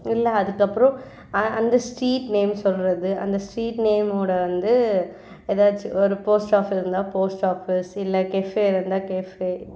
இல்லை அதற்கப்பறம் அந்த ஸ்ட்ரீட் நேம் சொல்லுறது அந்த ஸ்ட்ரீட் நேம்மோட வந்து எதாச்சும் ஒரு போஸ்ட் ஆஃபி இருந்தால் போஸ்ட் ஆபீஸ் இல்லை கெஃப்பே இருந்தால் கெஃப்பே